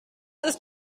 ist